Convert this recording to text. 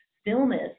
stillness